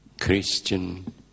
Christian